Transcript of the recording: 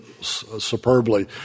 superbly